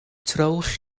trowch